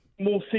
more